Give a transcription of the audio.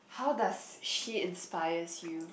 how does she inspires you